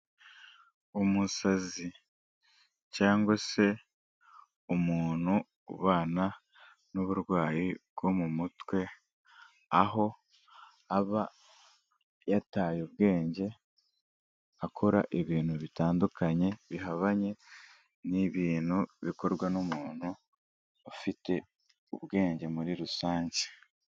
Umusazi cyangwa se umuntu ubana n'uburwayi bwo mu mutwe, aho aba yataye ubwenge akora ibintu bitandukanye bihabanye n'ibintu bikorwa n'umuntu ufite ubwenge muri rusange.